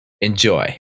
Enjoy